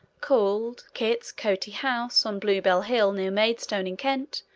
called kits coty house, on bluebell hill, near maidstone, in kent,